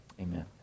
amen